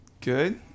good